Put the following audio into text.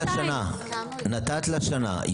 נתת לה שנה.